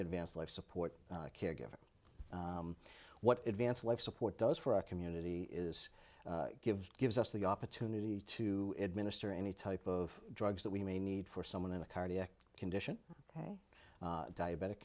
advanced life support caregiver what advanced life support does for our community is give gives us the opportunity to administer any type of drugs that we may need for someone in a cardiac condition ok diabetic